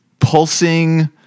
pulsing